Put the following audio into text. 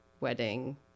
wedding